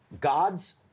God's